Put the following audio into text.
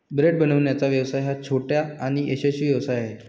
bread बनवण्याचा व्यवसाय हा छोटा आणि यशस्वी व्यवसाय आहे